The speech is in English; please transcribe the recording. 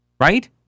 Right